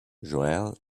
joel